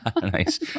Nice